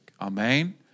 Amen